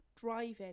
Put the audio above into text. Driving